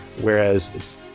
Whereas